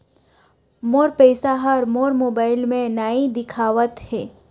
मोर पैसा ह मोर मोबाइल में नाई दिखावथे